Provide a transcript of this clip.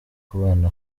kubana